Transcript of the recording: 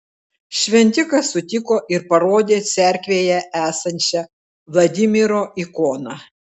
šventikas sutiko ir parodė cerkvėje esančią vladimiro ikoną